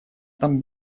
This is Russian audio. там